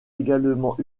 également